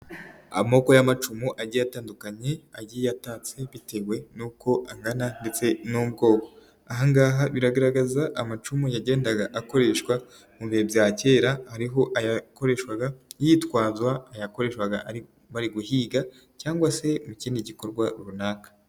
Amoko y'amacumu agiye atandukanye agiye atatse bitewe n'uko angana ndetse n'ubwoko, aha ngaha biragaragaza amacumu yagendaga akoreshwa mu bihe bya kera hariho ayakoreshwaga yitwazwa, ayakoreshwaga bari guhiga cyangwa se mu kindi gikorwa runaka.